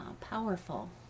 powerful